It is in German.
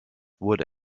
wurde